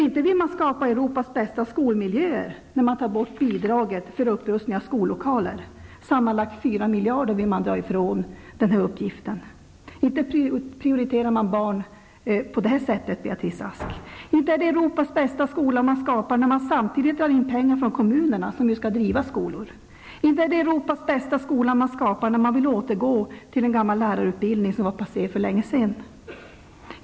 Inte vill man väl skapa Europas bästa skolmiljöer, när man tar bort bidraget för upprustning av skollokaler? Sammanlagt 4 miljarder vill man dra från den uppgiften. Inte prioriterar man barn på det sättet, Beatrice Ask! Inte är det Europas bästa skola man skapar, när man samtidigt drar in pengar från kommunerna, som ju skall driva skolor. Inte är det Europas bästa skola man skapar, när man vill återgå till en gammal lärarutbildning, som var passé för länge sedan.